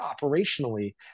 operationally